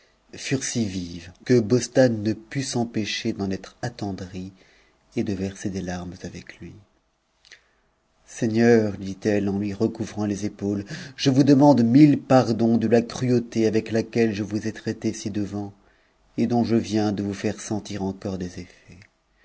tarent si vives que bostane ne put s'empêcher d'en être attendrie et de verser des larmes avec lui seigneur lui dit-elle en lui recouvrant les épaules je vous demande mille pardons de la cruauté avec laquelle je vous ai traité ci-devant et dont je viens de vous faiif sentir encore des effets